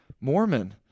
Mormon